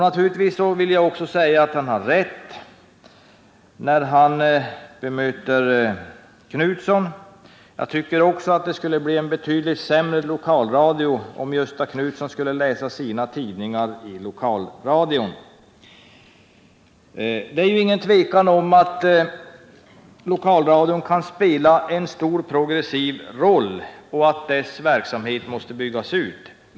Naturligtvis vill jag också säga att Georg Andersson har rätt när han bemöter Gösta Knutsson. Även jag tycker att det skulle bli en betydligt sämre lokalradio, om denne skulle få läsa upp sina tidningar i lokalradion. Det råder ingen tvekan om att lokalradion kan spela en stor progressiv roll och att dess verksamhet måste byggas ut.